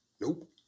Nope